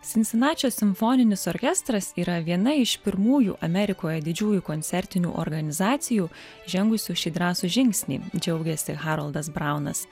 sinsinačio simfoninis orkestras yra viena iš pirmųjų amerikoje didžiųjų koncertinių organizacijų žengusių šį drąsų žingsnį džiaugėsi haroldas braunas